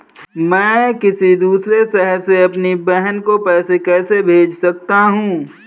मैं किसी दूसरे शहर से अपनी बहन को पैसे कैसे भेज सकता हूँ?